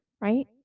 right